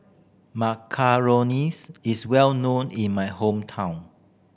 macarons is well known in my hometown